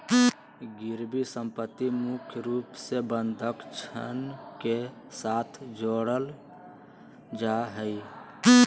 गिरबी सम्पत्ति मुख्य रूप से बंधक ऋण के साथ जोडल जा हय